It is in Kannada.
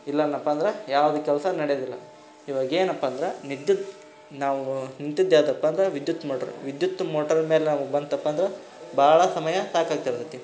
ಇಲ್ಲ ಅಂದ್ನಪ್ಪ ಅಂದ್ರೆ ಯಾವುದು ಕೆಲಸ ನಡೆಯೋದಿಲ್ಲ ಇವಾಗ ಏನಪ್ಪ ಅಂದ್ರೆ ವಿದ್ಯುತ್ ನಾವು ನಿಂತಿದ್ದು ಯಾವುದಪ್ಪ ಅಂದ್ರೆ ವಿದ್ಯುತ್ ಮೋಟ್ರು ವಿದ್ಯುತ್ ಮೋಟರ್ ಮ್ಯಾಲೆ ನಾವು ಬಂತಪ್ಪ ಅಂದ್ರೆ ಭಾಳ ಸಮಯ ಸಾಕಾಗ್ತಿರ್ತೈತಿ